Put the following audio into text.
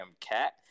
cat